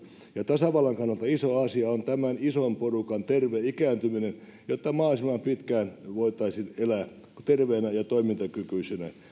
tasavallan kannalta iso asia on tämän ison porukan terve ikääntyminen jotta mahdollisimman pitkään voitaisiin elää terveinä ja toimintakykyisinä